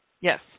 Yes